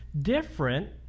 different